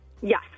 Yes